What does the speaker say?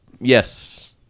Yes